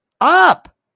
up